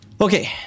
Okay